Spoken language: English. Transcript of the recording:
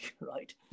right